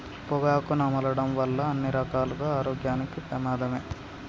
పొగాకు నమలడం వల్ల అన్ని రకాలుగా ఆరోగ్యానికి పెమాదమే